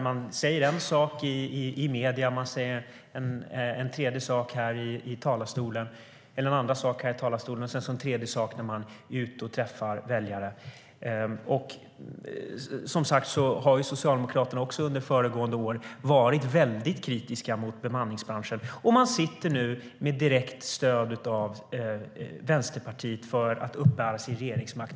Man säger en sak i medierna, en andra sak i talarstolen och sedan en tredje sak när man är ute och träffar väljare. Socialdemokraterna har tidigare varit kritiska mot bemanningsbranschen, och man uppbär nu med direkt stöd av Vänsterpartiet sin regeringsmakt.